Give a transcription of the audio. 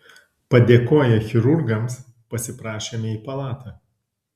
padėkoję chirurgams pasiprašėme į palatą